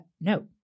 No